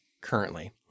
currently